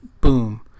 boom